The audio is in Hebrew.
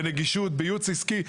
בנגישות, בייעוץ עסקי.